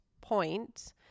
point